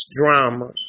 drama